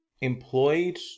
employed